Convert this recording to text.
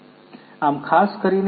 આમ ખાસ કરીને ઉદ્યોગ 4